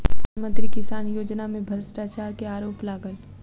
प्रधान मंत्री किसान योजना में भ्रष्टाचार के आरोप लागल